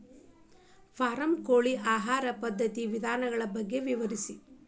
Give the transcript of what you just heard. form ಕೋಳಿಗಳ ಆಹಾರ ಪದ್ಧತಿಯ ವಿಧಾನಗಳ ಬಗ್ಗೆ ವಿವರಿಸಿ